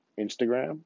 Instagram